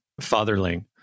fatherling